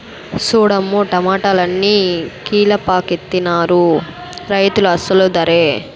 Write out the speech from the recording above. సూడమ్మో టమాటాలన్ని కీలపాకెత్తనారు రైతులు అసలు దరే